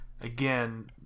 again